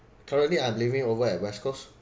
currently I'm living over at west coast